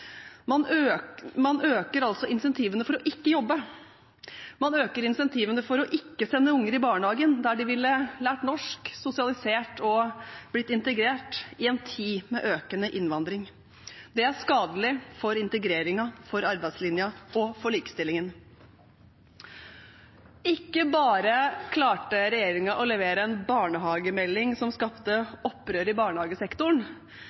Man øker altså incentivene for ikke å jobbe, man øker incentivene for ikke å sende unger i barnehagen, der de ville lært norsk, blitt sosialisert og integrert i en tid med økende innvandring. Det er skadelig for integreringen, for arbeidslinja og for likestillingen. Ikke bare klarte regjeringen å levere en barnehagemelding som